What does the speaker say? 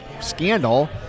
scandal